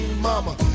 mama